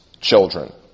children